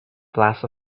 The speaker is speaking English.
flash